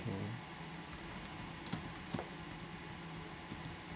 mm